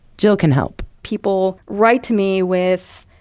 jill can help people write to me with,